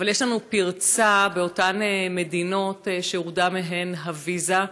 אבל יש לנו פרצה באותן מדינות שהורדה מהן הוויזה,